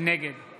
נגד רם בן ברק, נגד